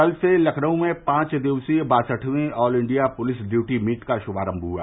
कल से लखनऊ में पांच दिवसीय बासठर्वी all India police duty meet का श्मारम्म हुआ